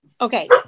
Okay